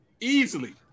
easily